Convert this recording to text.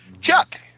Chuck